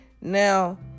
Now